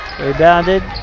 rebounded